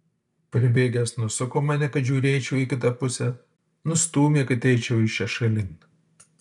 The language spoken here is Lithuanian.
pribėgęs nusuko mane kad žiūrėčiau į kitą pusę nustūmė kad eičiau iš čia šalin